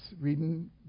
reading